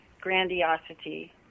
grandiosity